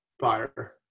Fire